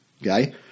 okay